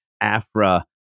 Afra